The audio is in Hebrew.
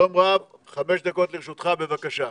שלום רב, חמש דקות לרשותך, בבקשה.